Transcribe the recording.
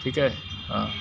ठीक है हाँ